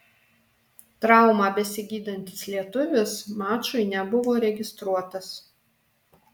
traumą besigydantis lietuvis mačui nebuvo registruotas